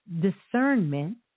discernment